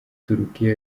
turkey